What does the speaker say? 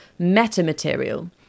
metamaterial